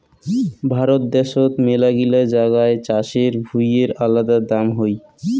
ভারত দ্যাশোত মেলাগিলা জাগায় চাষের ভুঁইয়ের আলাদা দাম হই